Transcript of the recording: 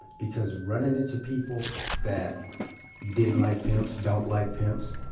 because running into people that didn't like pimps, don't like pimps,